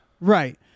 Right